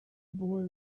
boy